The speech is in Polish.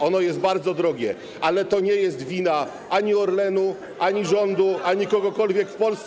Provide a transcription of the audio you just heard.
Ono jest bardzo drogie, ale to nie jest wina ani Orlenu, ani rządu, ani kogokolwiek w Polsce.